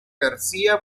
garcía